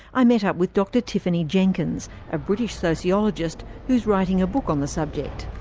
i met up with dr tiffany jenkins, a british sociologist who's writing a book on the subject.